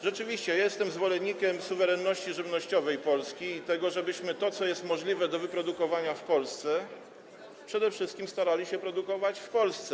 Rzeczywiście jestem zwolennikiem suwerenności żywnościowej Polski i tego, żebyśmy to, co jest możliwe do wyprodukowania w Polsce, przede wszystkim starali się produkować w Polsce.